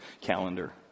calendar